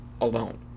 alone